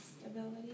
Stability